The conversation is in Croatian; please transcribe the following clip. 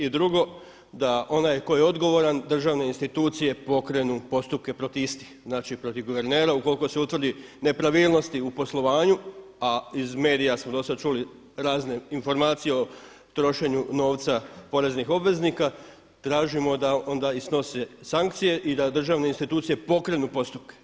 I drugo da onaj koji je odgovoran državne institucije pokrenu postupke protiv istih, znači protiv guvernera ukoliko se utvrdi nepravilnosti u poslovanju, a iz medija smo do sad čuli razne informacije o trošenju novca poreznih obveznika, tražimo da onda i snose sankcije i da državne institucije pokrenu postupke.